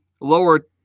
lower